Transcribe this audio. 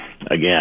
again